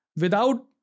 Without-